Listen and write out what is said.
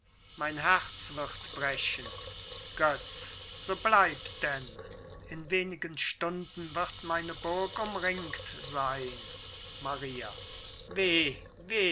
mein herz wird brechen götz so bleib denn in wenigen stunden wird meine burg umringt sein maria weh weh